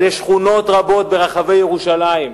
אבל יש שכונות רבות ברחבי ירושלים,